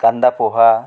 कांदा पोहा